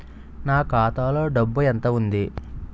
నా ఖాతాలో డబ్బు ఎంత ఉంది?